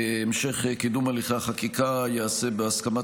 המשך קידום הליכי החקיקה ייעשה בהסכמת